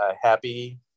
happy